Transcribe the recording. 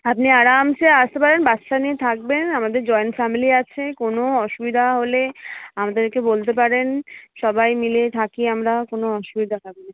আপনি আরামসে আসতে পারেন বাচ্চা নিয়ে থাকবেন আমাদের জয়েন্ট ফ্যামেলি আছে কোনো অসুবিধা হলে আমাদেরকে বলতে পারেন সবাই মিলেই থাকি আমরা কোনো অসুবিধা হবে না